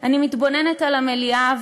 אני מתבוננת על המליאה,